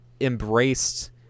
embraced